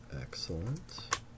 Excellent